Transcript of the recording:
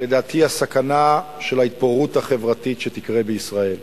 לדעתי, הסכנה של ההתפוררות החברתית שתקרה בישראל.